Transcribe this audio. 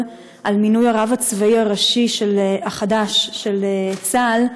על מינוי הרב הצבאי הראשי החדש של צה"ל,